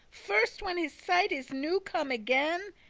first when his sight is newe come again,